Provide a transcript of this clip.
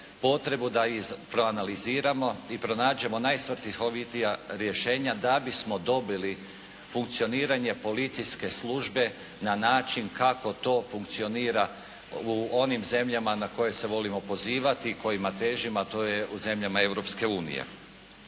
potrebu da ih proanaliziramo i pronađemo najsvrsishovitija rješenja da bismo dobili funkcioniranje policijske službe na način kako to funkcionira u onim zemljama na koje se volimo pozivati, kojima težimo, a to je u zemljama Europske unije.